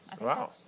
Wow